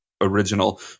original